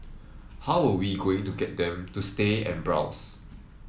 how we going to get them to stay and browse